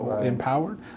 empowered